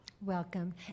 Welcome